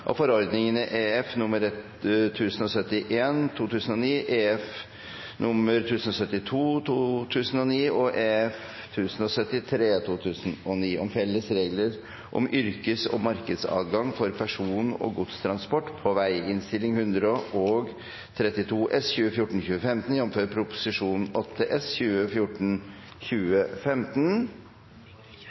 av forordningene nr. 1071/2009, nr. 1072/2009 og nr. 1073/2009 om felles regler om yrkes- og markedsadgang for person- og godstransport på vei.